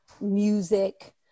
music